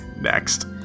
Next